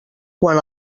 quan